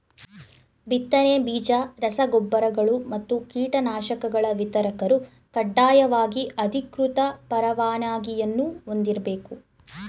ಬಿತ್ತನೆ ಬೀಜ ರಸ ಗೊಬ್ಬರಗಳು ಮತ್ತು ಕೀಟನಾಶಕಗಳ ವಿತರಕರು ಕಡ್ಡಾಯವಾಗಿ ಅಧಿಕೃತ ಪರವಾನಗಿಯನ್ನೂ ಹೊಂದಿರ್ಬೇಕು